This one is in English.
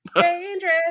Dangerous